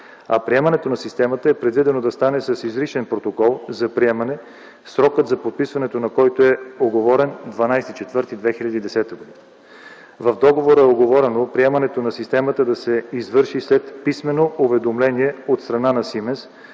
г. Приемането на системата е предвидено да стане с изричен протокол за приемане, срокът за подписването на който е уговорен – 12 април 2010 г. В договора е уговорено приемането на системата да се извърши след писмено уведомление от страна на